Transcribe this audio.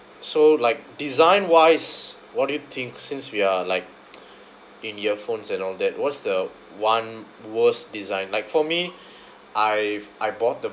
so like design wise what do you think since we are like in earphones and all that what's the one worst design like for me I've I bought the